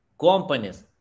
companies